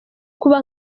kuba